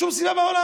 אין שום סיבה בעולם.